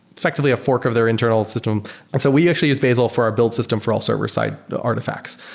effectively a fork of their internal system and so we actually is bazel for our build system for all server-side artifacts.